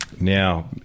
now